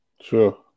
Sure